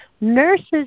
nurses